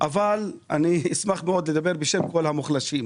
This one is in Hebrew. אבל אני אשמח מאוד לדבר בשם כל המוחלשים,